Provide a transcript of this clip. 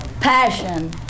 Passion